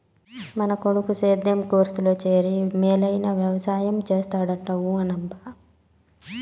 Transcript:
మన కొడుకు సేద్యం కోర్సులో చేరి మేలైన వెవసాయం చేస్తాడంట ఊ అనబ్బా